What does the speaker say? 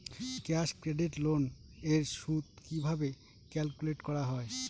Cash credit loan এর সুদ কিভাবে ক্যালকুলেট করা হয়?